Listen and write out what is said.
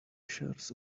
shares